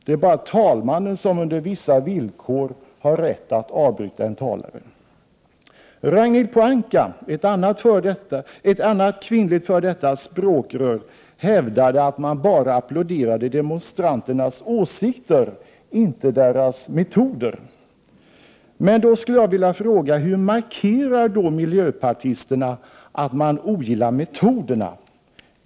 Det är bara talmannen som under vissa förutsättningar har rätt att avbryta en talare. Ragnhild Pohanka, ett annat kvinnligt f.d. språkrör, hävdade att man bara applåderade demonstranternas åsikter, inte deras metoder. Jag vill då fråga: Hur markerar miljöpartisterna att man ogillar metoderna?